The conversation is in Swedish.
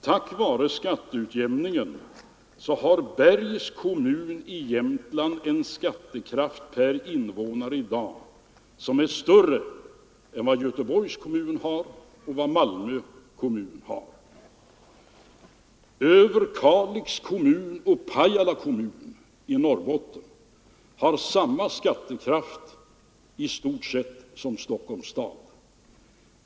Tack vare skatteutjämningen har Bergs kommun i Jämtland i dag en skattekraft per invånare som är större än Göteborgs och Malmö kommuner har. Överkalix kommun och Pajala kommun i Norrbotten har i stort sett samma skattekraft som Stockholms kommun.